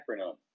acronym